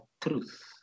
truth